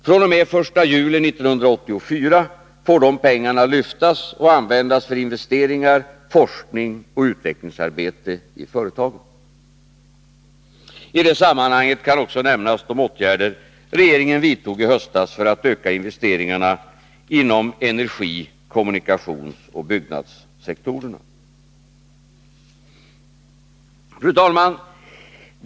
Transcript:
fr.o.m., den 1 juli 1984 får de pengarna lyftas och användas för investeringar, forskning och utvecklingsarbete i företagen. I det här sammanhanget kan också nämnas de åtgärder regeringen vidtog i höstas för att öka investeringarna inom energi-, kommunikationsoch byggnadssektorerna. Fru talman!